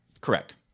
correct